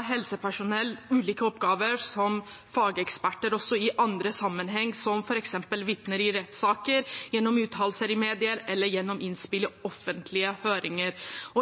helsepersonell ulike oppgaver som fageksperter også i andre sammenhenger, som f.eks. vitner i rettssaker, gjennom uttalelser i medier eller gjennom innspill og offentlige høringer.